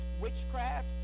witchcraft